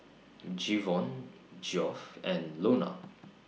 Jevon Geoff and Lonna